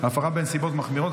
(הפרה בנסיבות מחמירות),